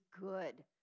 good